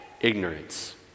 ignorance